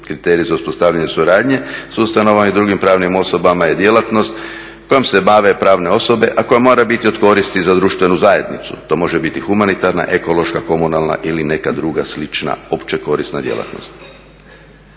Kriterij za uspostavljanje suradnje s ustanovama i drugim pravnim osobama je djelatnost kojom se bave pravne osobe, a koja mora biti od koristi za društvenu zajednicu. To može biti humanitarna, ekološka, komunalna ili neka druga slična opće korisna djelatnost.